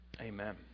Amen